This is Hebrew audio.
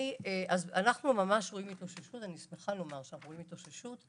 אני שמחה לומר שאנחנו רואים התאוששות.